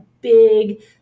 big